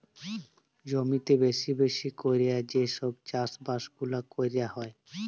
জমিতে বেশি বেশি ক্যরে যে সব চাষ বাস গুলা ক্যরা হ্যয়